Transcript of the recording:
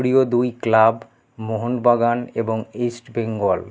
প্রিয় দুই ক্লাব মোহনবাগান এবং ইস্টবেঙ্গল